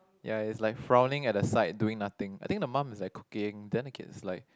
ya is like frowning at the side doing nothing I think the mum is like cooking then the kid is like